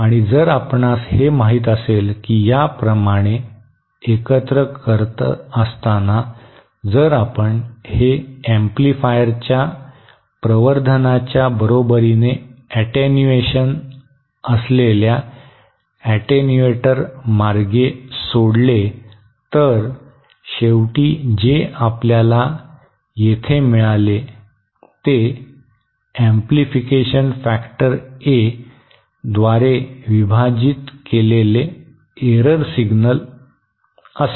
आणि जर आपणास हे माहित असेल की या प्रमाणे एकत्रित करत असताना जर आपण हे एम्प्लिफायरच्या प्रवर्धनाच्या बरोबरीने एटेन्युएशन असलेल्या एटेन्यूएटरमार्गे सोडले तर शेवटी जे आपल्याला येथे मिळेल ते एम्प्लिफिकेशन फॅक्टर ए द्वारे विभाजित केलेले एरर सिग्नल असेल